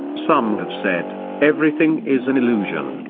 some have said, everything is an illusion,